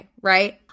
right